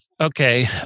Okay